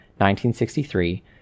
1963